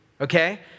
okay